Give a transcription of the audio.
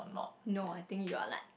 no you know I think you are like